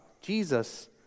Jesus